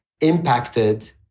impacted